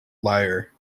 liar